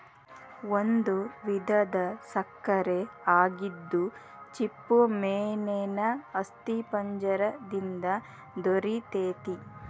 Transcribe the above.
ಒಂದು ವಿಧದ ಸಕ್ಕರೆ ಆಗಿದ್ದು ಚಿಪ್ಪುಮೇನೇನ ಅಸ್ಥಿಪಂಜರ ದಿಂದ ದೊರಿತೆತಿ